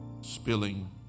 spilling